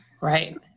Right